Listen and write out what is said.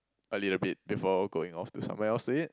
a little bit before going off to somewhere else to eat